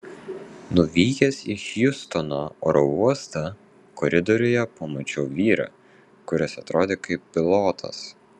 nuvykęs į hjustono oro uostą koridoriuje pamačiau vyrą kuris atrodė kaip pilotas